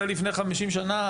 זה לפני 50 שנה,